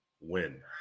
win